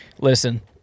listen